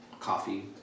coffee